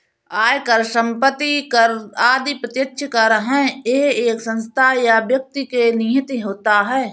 आयकर, संपत्ति कर आदि प्रत्यक्ष कर है यह एक संस्था या व्यक्ति में निहित होता है